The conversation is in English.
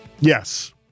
Yes